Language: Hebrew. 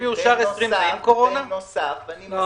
יכולים לקרות